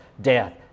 death